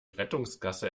rettungsgasse